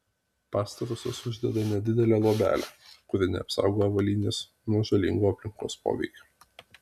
pastarosios uždeda nedidelę luobelę kuri neapsaugo avalynės nuo žalingo aplinkos poveikio